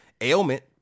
ailment